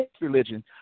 religion